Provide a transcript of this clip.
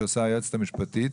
שעושה היועצת המשפטית.